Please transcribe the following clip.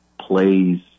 plays